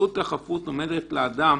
שזכות החפות עומדת לאדם,